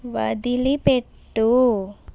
వదిలిపెట్టు